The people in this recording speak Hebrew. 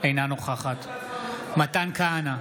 אינה נוכחת מתן כהנא,